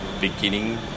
beginning